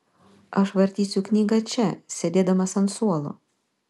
aš vartysiu knygą čia sėdėdamas ant suolo